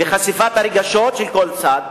וחשיפת הרגשות של כל צד,